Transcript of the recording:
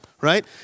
Right